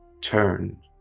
turn